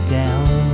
down